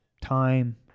time